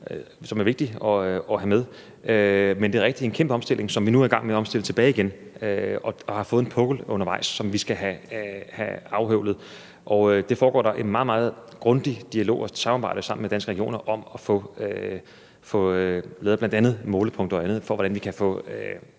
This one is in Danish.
som er vigtige at have med. Men det er rigtigt, at det er en kæmpe omstilling, som vi nu er i gang med at omstille tilbage igen, og hvor vi undervejs har fået en pukkel, som vi skal have afhøvlet. Der foregår der en meget, meget grundig dialog og et samarbejde sammen med Danske Regioner om at få lavet bl.a. målepunkter og andet for, hvordan vi kan få